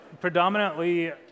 predominantly